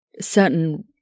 certain